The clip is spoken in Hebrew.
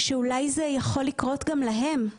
שאולי זה יכול לקרות גם להם,